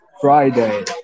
Friday